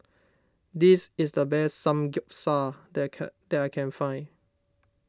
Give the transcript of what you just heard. this is the best Samgeyopsal that I can that I can find